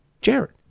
Jared